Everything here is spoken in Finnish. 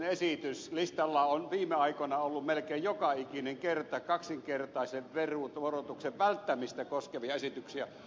listalla on viime aikoina ollut melkein joka ikinen kerta kaksinkertaisen verotuksen välttämistä koskevia esityksiä